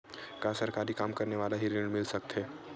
का सरकारी काम करने वाले ल हि ऋण मिल सकथे?